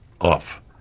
off